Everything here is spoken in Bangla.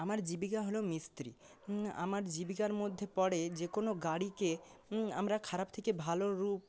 আমার জীবিকা হলো মিস্ত্রী আমার জীবিকার মধ্যে পরে যে কোনো গাড়িকে আমরা খারাপ থেকে ভালো রূপ